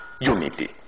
unity